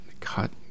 cut